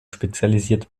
spezialisiert